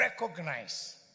recognize